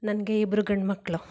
ನನಗೆ ಇಬ್ಬರು ಗಂಡು ಮಕ್ಳು